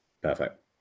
Perfect